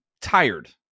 tired